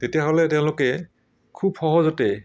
তেতিয়াহ'লে তেওঁলোকে খুব সহজতে